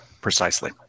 Precisely